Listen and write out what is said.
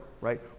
right